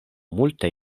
multaj